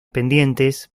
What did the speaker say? pendientes